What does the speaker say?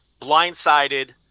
Blindsided